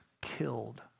killed